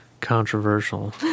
controversial